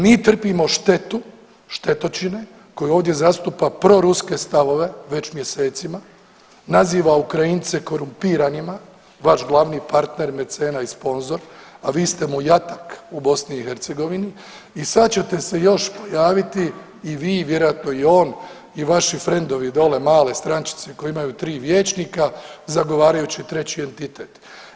Mi trpimo štetu, štetočine koje ovdje zastupa proruske stavove već mjesecima, naziva Ukrajince korumpiranima vaš glavni partner, mecena i sponzor a vi ste mu jatak u BiH i sad ćete se još pojaviti i vi i vjerojatno i on i vaši frendovi dole male strančice koje imaju tri vijećnika zagovarajući treći entitet.